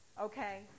okay